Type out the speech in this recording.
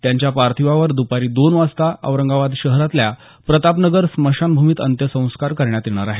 त्यांच्या पार्थिवावर द्पारी दोन वाजता औरंगाबाद शहरातल्या प्रतापनगर स्मशानभूमीत अंत्यसंस्कार करण्यात येणार आहेत